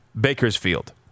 Bakersfield